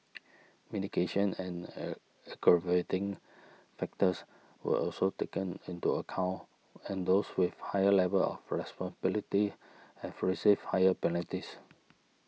mitigation and a aggravating factors were also taken into account and those with higher level of responsibilities have received higher penalties